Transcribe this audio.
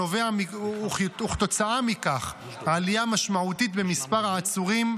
וכתוצאה מכך עלייה משמעותית במספר העצורים,